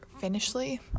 Finishly